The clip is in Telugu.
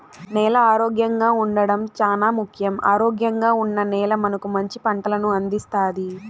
నేల ఆరోగ్యంగా ఉండడం చానా ముఖ్యం, ఆరోగ్యంగా ఉన్న నేల మనకు మంచి పంటలను అందిస్తాది